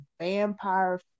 vampire